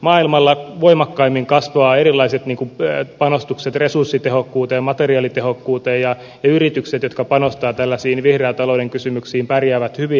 maailmalla voimakkaimmin kasvavat erilaiset panostukset resurssitehokkuuteen materiaalitehokkuuteen ja yritykset jotka panostavat tällaisiin vihreän talouden kysymyksiin pärjäävät hyvin